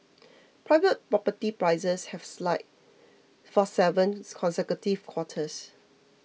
private property prices have slide for seven consecutive quarters